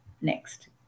Next